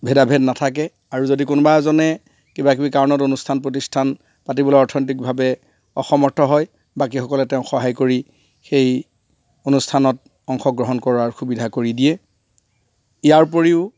ভেদাভেদ নাথাকে আৰু যদি কোনোবা এজনে কিবাকিবি কাৰণত অনুষ্ঠান প্ৰতিষ্ঠান পাতিবলৈ অৰ্থনৈতিকভাৱে অসমৰ্থ হয় বাকীসকলে তেওঁ সহায় কৰি সেই অনুষ্ঠানত অংশগ্ৰহণ কৰাৰ সুবিধা কৰি দিয়ে ইয়াৰ উপৰিও